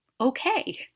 okay